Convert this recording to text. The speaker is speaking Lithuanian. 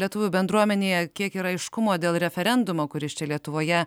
lietuvių bendruomenėje kiek yra aiškumo dėl referendumo kuris čia lietuvoje